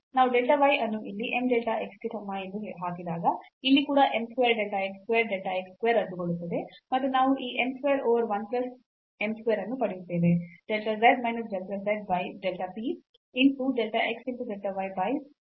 ನಾವು delta y ಅನ್ನು ಇಲ್ಲಿ m delta x ಗೆ ಸಮ ಎಂದು ಹಾಕಿದಾಗ ಇಲ್ಲಿ ಕೂಡ m square delta x square delta x square ರದ್ದುಗೊಳ್ಳುತ್ತದೆ ಮತ್ತು ನಾವು ಈ m over 1 plus m square ಅನ್ನು ಪಡೆಯುತ್ತೇವೆ